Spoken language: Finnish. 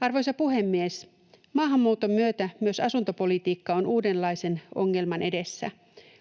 Arvoisa puhemies! Maahanmuuton myötä myös asuntopolitiikka on uudenlaisen ongelman edessä.